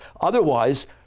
otherwise